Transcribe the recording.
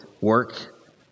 work